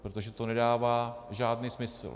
Protože to nedává žádný smysl.